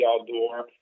outdoor